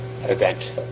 event